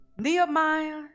Nehemiah